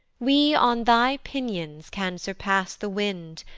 we on thy pinions can surpass the wind,